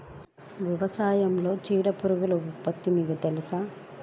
వ్యవసాయంలో చీడపీడల ఉధృతి మీకు తెలుసా?